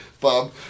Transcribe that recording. Bob